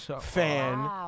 fan